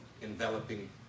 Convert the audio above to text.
enveloping